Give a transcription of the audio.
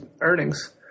earnings